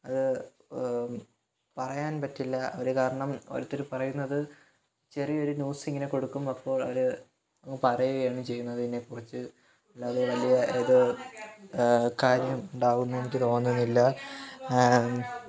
അത് പറയാന് പറ്റില്ല ഒരു കാരണം ഒരോരുത്തർ പറയുന്നത് ചെറിയ ഒരു ന്യൂസ് ഇങ്ങനെ കൊടുക്കുമ്പോൾ അപ്പോൾ അത് പറയുകയാണ് ചെയ്യുന്നത് ഇതിനെ കുറിച്ച് അല്ലാതെ വലിയ കാര്യം ഉണ്ടാവും എന്ന് എനിക്ക് തോന്നുന്നില്ല